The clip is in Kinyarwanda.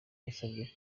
yasabye